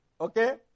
Okay